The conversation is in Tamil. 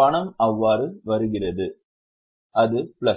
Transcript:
பணம் அவ்வாறு வருகிறது அது பிளஸ்